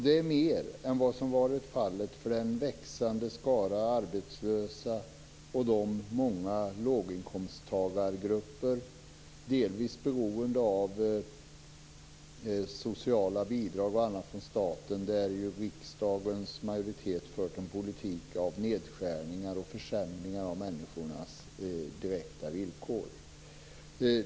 Det är mer än vad som har varit fallet för den växande skaran arbetslösa och de många låginkomsttagargrupperna. De är delvis beroende av sociala bidrag och annat från staten, och riksdagens majoritet har fört en politik med nedskärningar och försämringar av människornas direkta villkor.